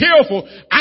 careful